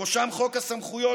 בראשם "חוק הסמכויות",